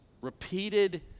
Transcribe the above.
repeated